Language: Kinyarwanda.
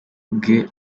ubwe